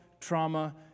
trauma